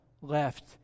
left